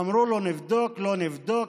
אמרו לו: נבדוק, לא נבדוק.